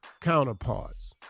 counterparts